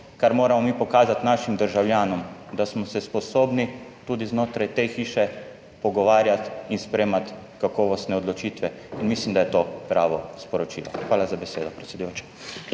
kar moramo mi pokazati našim državljanom, da smo se sposobni tudi znotraj te hiše pogovarjati in sprejemati kakovostne odločitve in mislim, da je to pravo sporočilo. Hvala za besedo predsedujoča.